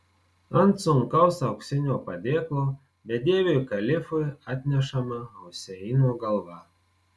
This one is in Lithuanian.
ant sunkaus auksinio padėklo bedieviui kalifui atnešama huseino galva